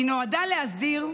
היא נועדה להסדיר,